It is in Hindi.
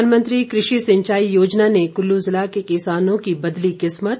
प्रधानमंत्री कृषि सिंचाई योजना ने कुल्लू जिला के किसानों की बदली किस्मत